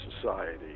society